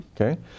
okay